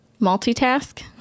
multitask